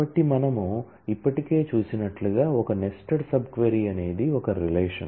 కాబట్టి మనం ఇప్పటికే చూసినట్లుగా ఒక నెస్టెడ్ సబ్ క్వరీ అనేది ఒక రిలేషన్